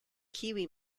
kiwi